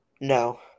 No